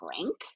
drink